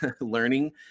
learning